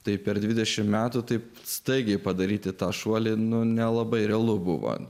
tai per dvidešimt metų taip staigiai padaryti tą šuolį nu nelabai realu buvo